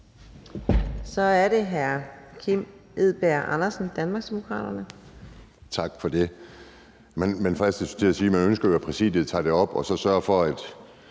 Kl. 11:03 Kim Edberg Andersen (DD): Tak for det. Man fristes til at sige, at man ønsker, at Præsidiet tager det op og sørger for, at